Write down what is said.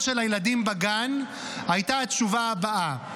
של הילדים בגן הייתה התשובה הבאה,